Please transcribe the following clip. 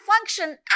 function